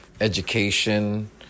education